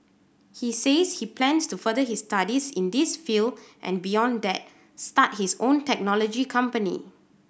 he says he plans to further his studies in this field and beyond that start his own technology company